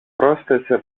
πρόσθεσε